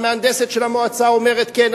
המהנדסת של המועצה אומרת: כן,